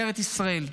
בארץ ישראל,